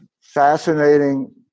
fascinating